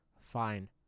fine